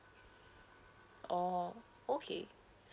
oh okay